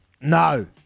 No